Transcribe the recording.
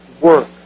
work